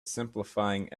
simplifying